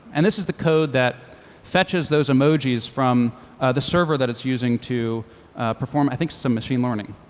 and this is the code that fetches those emojis from the server that it's using to perform, i think, some machine learning.